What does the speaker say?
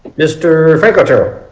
mister frank otero?